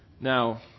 Now